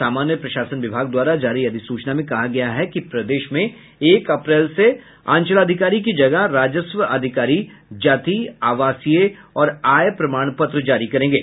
सामान्य प्रशासन विभाग द्वारा जारी अधिसूचना में कहा गया है कि प्रदेश में एक अप्रैल से अंचलाधिकारी की जगह राजस्व अधिकारी जाति आवासीय और आय प्रमाण पत्र जारी करेंगे